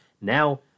Now